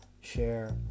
share